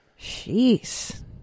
jeez